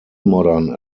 modern